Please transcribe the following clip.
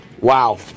Wow